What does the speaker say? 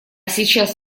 сейчас